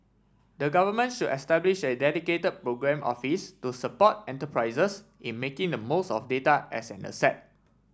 the government should establish a dedicated programme office to support enterprises in making the most of data as an asset